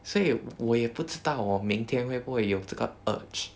所以我也不知道我明天会不会有这个 urge